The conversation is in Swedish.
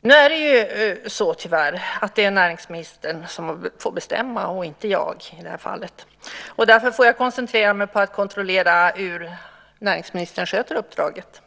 Nu är det tyvärr så att det är näringsministern som får bestämma och inte jag i det här fallet. Därför får jag koncentrera mig på att kontrollera hur näringsministern sköter uppdraget.